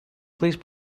please